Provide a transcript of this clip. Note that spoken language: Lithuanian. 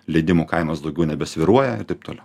leidimų kainos daugiau nebesvyruoja ir taip toliau